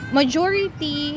majority